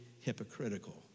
hypocritical